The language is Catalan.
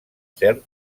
cert